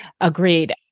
Agreed